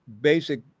basic